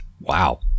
Wow